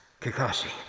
Kakashi